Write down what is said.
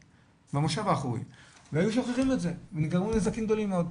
במושב האחורי והיו שוכחים את זה ונגרמו נזקים גדולים מאוד.